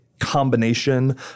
combination